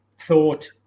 thought